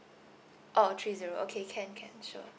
oh three zero okay can can can sure